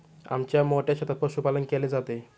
आमच्या मोठ्या शेतात पशुपालन केले जाते